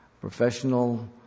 professional